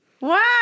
wow